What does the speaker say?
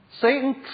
Satan